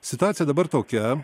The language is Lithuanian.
situacija dabar tokia